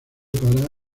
para